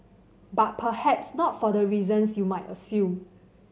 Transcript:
but perhaps not for the reasons you might assume